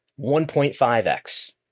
1.5x